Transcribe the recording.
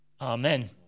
Amen